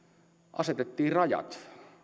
asetettiin rajat